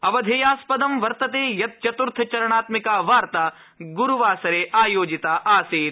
अवधेयास्पदं वर्तते यत् चतुर्थचरणात्मिका वार्ता गुरुवासरे आयोजिता आसीत